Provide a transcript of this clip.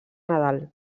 nadal